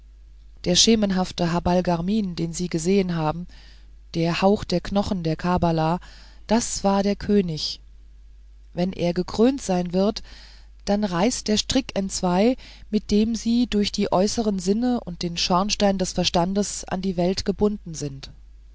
der schemenhafte habal garmin den sie gesehen haben der hauch der knochen der kabbala das war der könig wenn er gekrönt sein wird dann reißt der strick entzwei mit dem sie durch die äußeren sinne und den schornstein des verstandes an die welt gebunden sind